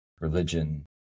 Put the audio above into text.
religion